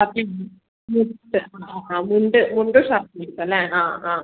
okay മുണ്ട് ആ ആ മുണ്ട് മുണ്ടും ഷർട്ടും എടുത്തു അല്ലേ ആ ആ